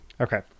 Okay